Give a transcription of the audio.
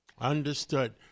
Understood